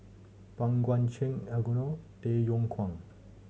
Pang Guek Cheng Elangovan Tay Yong Kwang